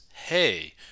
hey